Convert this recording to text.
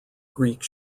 greek